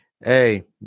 Hey